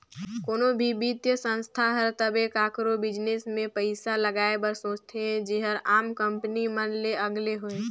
कोनो भी बित्तीय संस्था हर तबे काकरो बिजनेस में पइसा लगाए बर सोंचथे जेहर आम कंपनी मन ले अलगे होए